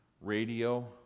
radio